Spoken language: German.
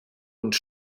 und